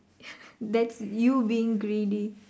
that's you being greedy